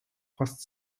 fast